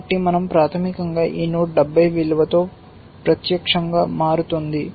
కాబట్టి మన০ ప్రాథమికంగా ఈ నోడ్ 70 విలువతో ప్రత్యక్షంగా మారుతుంది